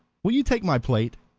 will you take my plate?